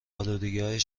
الودگیهای